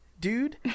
dude